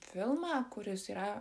filmą kuris yra